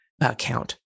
account